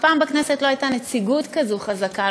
אף פעם בכנסת לא הייתה נציגות כזו חזקה,